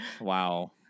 wow